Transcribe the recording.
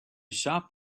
shop